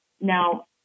Now